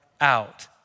out